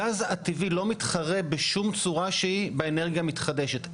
הגז הטבעי לא מתחרה בשום צורה שהיא באנרגיה מתחדשת.